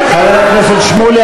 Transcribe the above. חבר הכנסת שמולי,